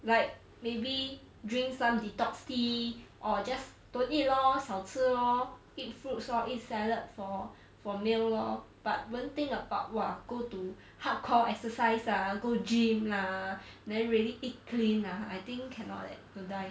like maybe drink some detox tea or just don't eat lor 少吃 lor eat fruits lor eat salad for for meal lor but won't think about !wah! go to hardcore exercise lah go gym lah then really eat clean lah I think cannot leh will die